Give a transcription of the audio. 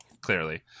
Clearly